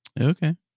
Okay